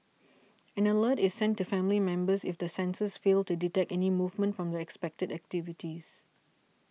an alert is sent to family members if the sensors fail to detect any movement from the expected activities